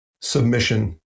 submission